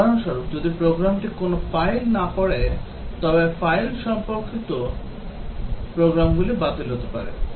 উদাহরণস্বরূপ যদি প্রোগ্রামটি কোনও ফাইল ব্যবহার না করে তবে ফাইল সম্পর্কিত প্রোগ্রামগুলি বাতিল হতে পারে